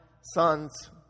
Sons